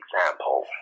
example